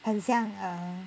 很像 err